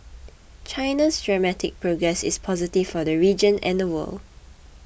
China's dramatic progress is positive for the region and the world